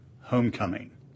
homecoming